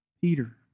Peter